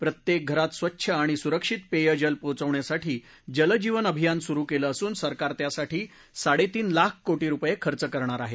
प्रत्येक घरात स्वच्छ आणि सुरक्षित पेयजल पोचवण्यासाठी जलजीवनअभियान सुरु केलं असून सरकार त्यासाठी साडे तीन लाख कोटी रुपये खर्च करणार आहे